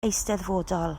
eisteddfodol